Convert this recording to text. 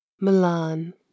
Milan